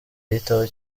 yitaho